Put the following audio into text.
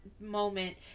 moment